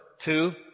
Two